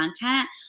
content